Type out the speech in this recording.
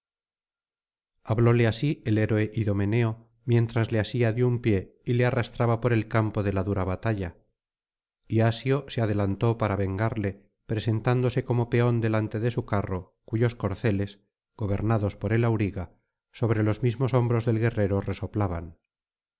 hablóle así el héroe idomeneo mientras le asía de un pie y le arrastraba por el campo de la dura batalla y asió se adelantó para vengarle presentándose como peón delante de su carro cuyos corceles gobernados por el auriga sobre los mismos hombros del guerrero resoplaban